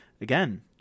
again